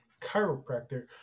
chiropractor